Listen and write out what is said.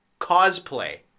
cosplay